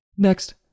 Next